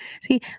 See